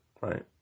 right